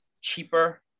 cheaper